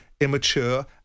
immature